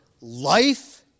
life